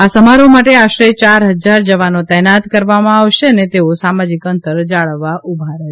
આ સમારોહ માટે આશરે ચાર ફજાર જવાનો તૈનાત કરવામાં આવશે અને તેઓ સામાજિક અંતર જાળવવા ઊભા રહેશે